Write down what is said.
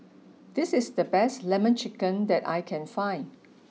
this is the best lemon chicken that I can find